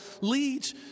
leads